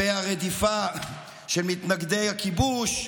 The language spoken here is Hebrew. הרדיפה של מתנגדי הכיבוש,